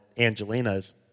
Angelina's